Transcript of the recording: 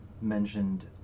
mentioned